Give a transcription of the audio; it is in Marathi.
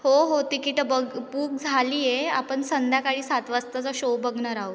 हो हो तिकीटं बग बुक झाली आहे आपण संध्याकाळी सात वाजताचा शो बघणार आहोत